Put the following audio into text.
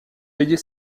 payer